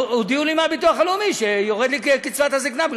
הודיעו לי מהביטוח הלאומי שיורדת לי קצבת הזקנה,